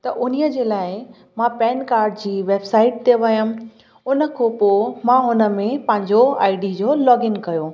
त उन्हीअ जे लाइ मां पैन कार्ड जी वैबसाइट ते वियमि उन खां पोइ मां हुन में पंहिंजो आई डी विझो लॉगिन कयो